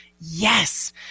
Yes